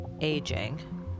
aging